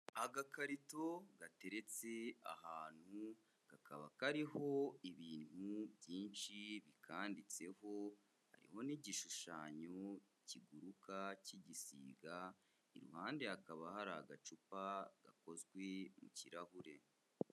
Agakarito gateretse ahantu, kakaba kariho ibintu byinshi bikanditseho hariho n'igishushanyo kiguruka cy'igisiga, iruhande hakaba hari agacupa gakozwe mu kirahure.